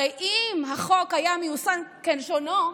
הרי אם החוק היה מיושם כלשונו,